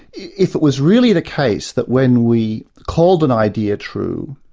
if it was really the case that when we called an idea true,